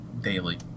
daily